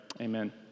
Amen